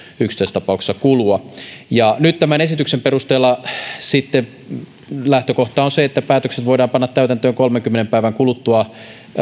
yksittäistapauksissa kulua nyt tämän esityksen perusteella lähtökohta on se että päätökset voidaan panna täytäntöön kolmenkymmenen päivän kuluttua